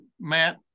matt